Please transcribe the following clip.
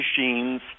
machines